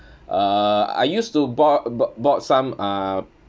uh I used to bought bought bought some ah